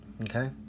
Okay